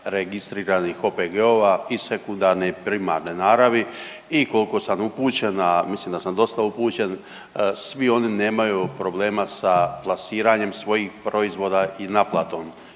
registriranih OPG-ova i sekundarne i primarne naravi. I koliko sam upućen, a mislim da sam dosta upućen svi oni nemaju problema sa plasiranjem svojih proizvoda i naplatom,